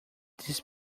this